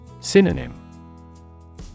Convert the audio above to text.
Synonym